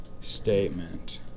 Statement